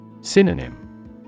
Synonym